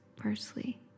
parsley